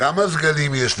כמה סגנים יש לנשיא,